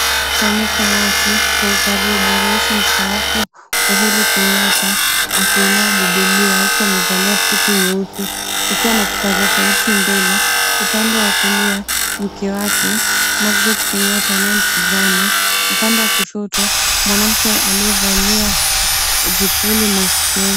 Palipo watu, kwa ukaribu rais mstaafu wa Uhuru Kenyatta, akiinua biblia huku amevalia suti nyeusi. Kukiwa na kipaza sauti mbele, upande wa kulia mke wake Magret Kenyatta anayemtizama. Upande wa kushoto mwanamke aliyevalia vipuli masikioni.